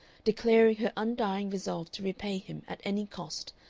declaring her undying resolve to repay him at any cost,